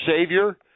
Savior